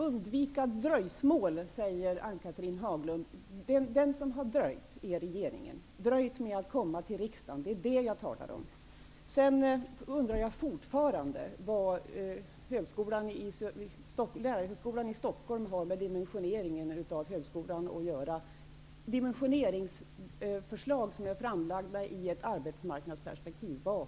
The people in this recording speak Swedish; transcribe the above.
Ann-Cathrine Haglund säger att man ville undvika dröjsmål. Det är regeringen som har dröjt. Den har dröjt med att komma till riksdagen. Det är detta jag talar om. Sedan undrar jag fortfarande vad Lärarhögskolan i Stockholm har med dimensioneringen av högskolan att göra. Det gäller dimensioneringsförslag som är framlagda i ett arbetsmarknadsperspektiv.